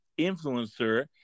influencer